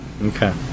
Okay